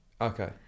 okay